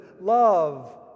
love